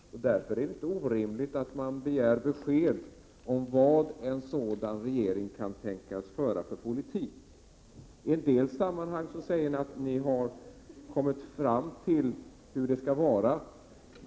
Det är därför inte orimligt att begära besked om vad en sådan regering kan tänkas föra för politik. I en del sammanhang säger ni att ni har kommit fram till hur det skall vara.